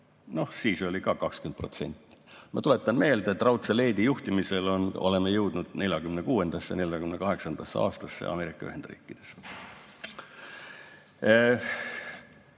siis oli ka 20%. Ma tuletan meelde, et raudse leedi juhtimisel me oleme jõudnud 1946. ja 1948. aastasse Ameerika Ühendriikides.